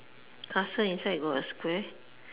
castle inside got a square